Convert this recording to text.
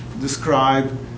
describe